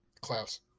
Klaus